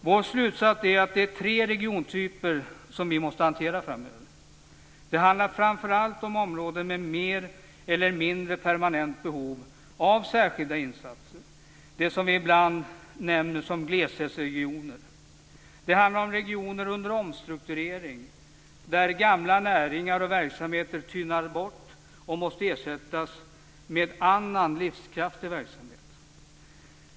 Vår slutsats är att det är tre regiontyper som vi måste hantera framöver. Det handlar framför allt om områden med mer eller mindre permanent behov av särskilda insatser, det som vi ibland benämner gleshetsregioner. Det handlar om regioner under omstrukturering, där gamla näringar och verksamheter tynar bort och måste ersättas med annan livskraftig verksamhet.